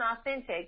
authentic